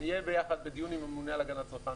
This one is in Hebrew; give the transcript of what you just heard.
נהיה ביחד בדיון עם הממונה על הגנת הצרכן,